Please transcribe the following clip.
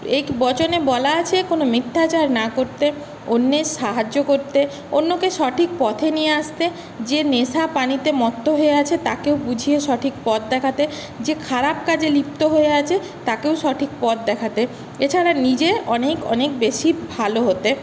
এই বচনে বলা আছে কোনো মিথ্যাচার না করতে অন্যের সাহায্য করতে অন্যকে সঠিক পথে নিয়ে আসতে যে নেশা পানিতে মত্ত হয়ে আছে তাকেও বুঝিয়ে সঠিক পথ দেখাতে যে খারাপ কাজে লিপ্ত হয়ে আছে তাকেও সঠিক পথ দেখাতে এছাড়া নিজে অনেক অনেক বেশি ভালো হতে